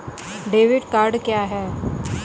Debit card क्या है?